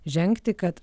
žengti kad